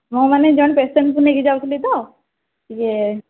ମୁଁ ମାନେ ଜଣେ ପେସେଣ୍ଟକୁ ନେଉ ଯାଉଥିଲି ତ ଟିକେ